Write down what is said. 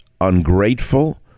ungrateful